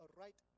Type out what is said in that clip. right